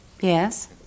Yes